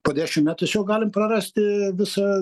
po dešim met tiesiog galim prarasti visą